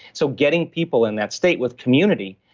so getting people in that state with community,